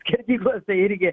skerdyklose irgi